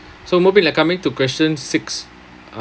so mubin like coming to question six uh